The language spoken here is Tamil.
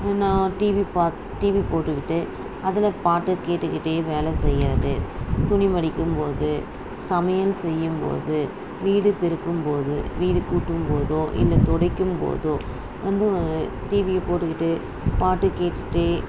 ஏன்னால் டீவி பார்க்கு டீவி போட்டுகிட்டே அதில் பாட்டு கேட்டுகிட்டே வேலை செய்யறது துணி மடிக்கும் போது சமையல் செய்யும் போது வீடு பெருக்கும் போது வீடு கூட்டும் போதோ இல்லை துடைக்கும் போதோ வந்து டீவி போட்டுகிட்டு பாட்டு கேட்டுகிட்டே